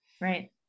Right